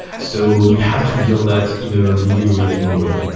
so we have to build that in a really reliable way.